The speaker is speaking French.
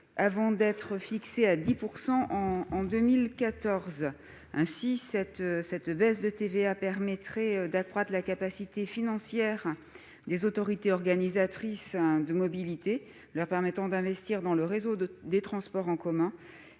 avant d'être fixé à 10 % en 2014. Une telle baisse de TVA permettrait d'accroître la capacité financière des autorités organisatrices de mobilité, qui pourraient ainsi investir dans les réseaux de transports en commun